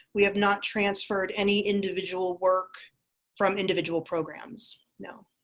we have not transferred any individual work from individual programs. you know